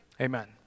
Amen